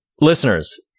listeners